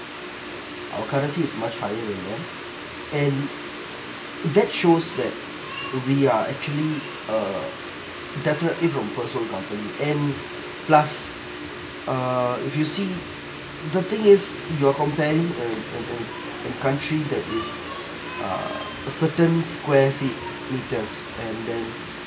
our currency is much higher than them and get shows that we are actually err definitely from and plus err if you see the thing is you're comparing a a a a country that is uh a certain square feet meters and then